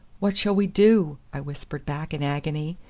what shall we do? i whispered back in agony,